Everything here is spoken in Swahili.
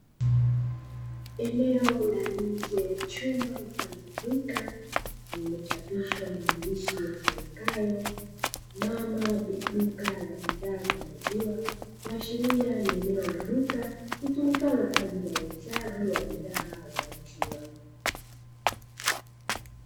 Eneo la nje ya chumba mfano wa duka lilochapishwa maandishi yasomekayo "Mama duka la bidhaa za maziwa" kuashiria ni eneo la duka, litumikalo kwa ajili ya uuzaji wa bidhaa za maziwa.